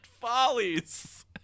follies